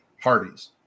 parties